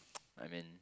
I mean